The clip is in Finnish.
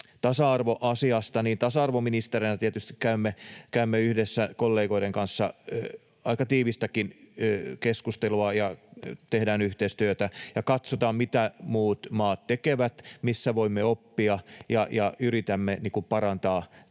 tasa-arvoasiasta, niin tasa-arvoministeriönä tietysti käymme yhdessä kollegoiden kanssa aika tiivistäkin keskustelua, tehdään yhteistyötä ja katsotaan mitä muut maat tekevät ja missä voimme oppia ja yritämme parantaa tätä